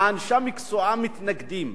אנשי המקצוע מתנגדים,